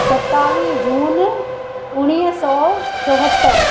सतावीह जून उणिवीह सौ चोहतरि